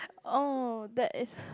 oh that is